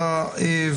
השנייה מן העניין,